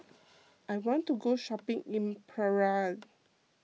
I want to go shopping in Praia